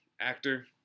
actor